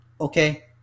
okay